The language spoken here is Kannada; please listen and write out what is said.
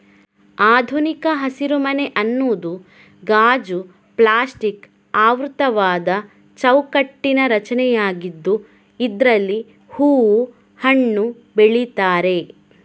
ಆಧುನಿಕ ಹಸಿರುಮನೆ ಅನ್ನುದು ಗಾಜು, ಪ್ಲಾಸ್ಟಿಕ್ ಆವೃತವಾದ ಚೌಕಟ್ಟಿನ ರಚನೆಯಾಗಿದ್ದು ಇದ್ರಲ್ಲಿ ಹೂವು, ಹಣ್ಣು ಬೆಳೀತಾರೆ